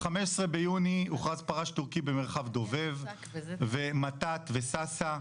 ב-15 ביוני הוכרז פרש תורכי במרחב דובב ומתת ושאשא,